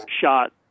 shot